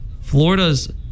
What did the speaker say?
Florida's